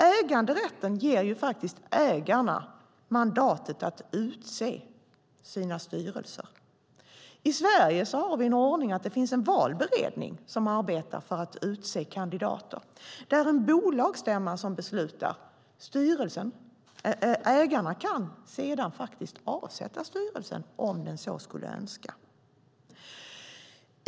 Äganderätten ger faktiskt ägarna mandatet att utse sina styrelser. I Sverige har vi en ordning med en valberedning som arbetar för att utse kandidater. Det är en bolagsstämma som beslutar om styrelsen, och ägarna kan avsätta styrelsen om den så skulle önska.